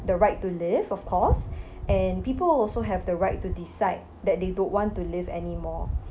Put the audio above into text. the right to live of course and people also have the right to decide that they don't want to live anymore